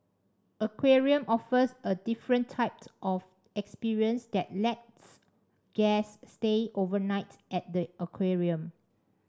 aquarium offers a different type of experience that lets guests stay overnight at the aquarium